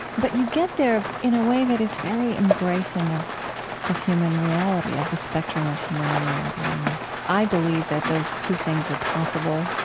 but you get there in a way that is very embracing of of human reality, of the spectrum of human reality. and i believe that those two things are possible,